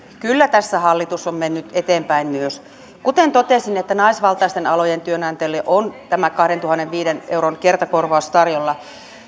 kyllä tässä hallitus on mennyt eteenpäin myös kuten totesin naisvaltaisten alojen työnantajille on tämä kahdentuhannenviidensadan euron kertakorvaus tarjolla